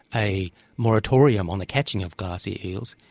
a moratorium on the catching of glassy eels,